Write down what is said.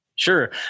Sure